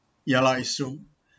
ya lah it's true